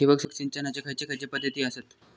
ठिबक सिंचनाचे खैयचे खैयचे पध्दती आसत?